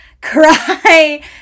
cry